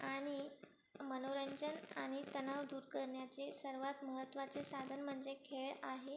आणि मनोरंजन आणि तणाव दूर करण्याचे सर्वात महत्त्वाचे साधन म्हणजे खेळ आहे